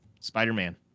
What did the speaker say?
Spider-Man